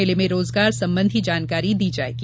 मेले में रोजगार संबंधी जानकारी दी जायेगी